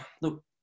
look